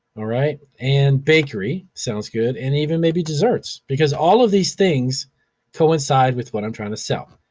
all right, and bakery sounds good, and even maybe desserts because all of these things coincide with what i'm trying to sell.